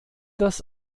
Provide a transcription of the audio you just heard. das